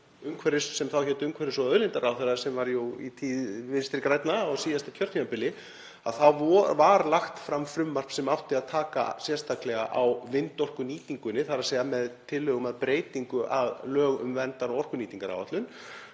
ráðherra, sem þá hét umhverfis- og auðlindaráðherra, sem var jú í tíð Vinstri grænna á síðasta kjörtímabili, þá var lagt fram frumvarp sem átti að taka sérstaklega á vindorkunýtingunni, þ.e. með tillögum að breytingu á lögum um verndar- og orkunýtingaráætlun.